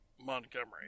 Montgomery